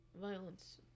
violence